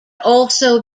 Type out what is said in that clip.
also